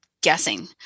guessing